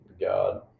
God